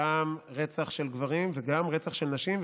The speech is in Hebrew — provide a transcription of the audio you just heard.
גם רצח של גברים וגם רצח של נשים.